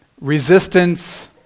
Resistance